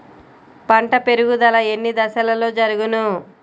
పంట పెరుగుదల ఎన్ని దశలలో జరుగును?